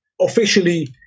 officially